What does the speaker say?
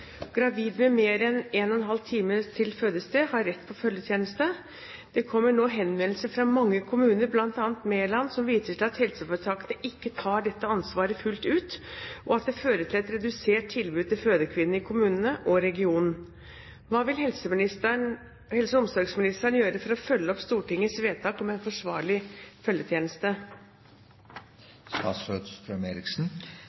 kommer nå henvendelser fra mange kommuner, bl.a. fra Meland, som viser til at helseforetakene ikke tar dette ansvaret fullt ut, og at det fører til et redusert tilbud til fødekvinnene i kommunen og regionen. Hva vil statsråden gjøre for å følge opp Stortingets vedtak om en forsvarlig